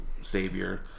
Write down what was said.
savior